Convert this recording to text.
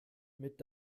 mit